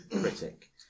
Critic